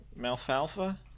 Malfalfa